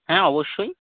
হ্যাঁ অবশ্যই